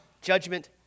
Judgment